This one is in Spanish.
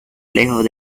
lejos